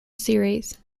series